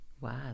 Wow